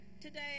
Today